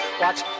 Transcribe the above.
watch